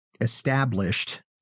established